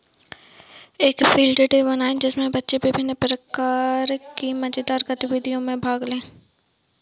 एक field day बनाएं जिसमें बच्चे विभिन्न प्रकार की मजेदार गतिविधियों में भाग लें